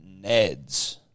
Neds